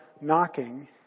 knocking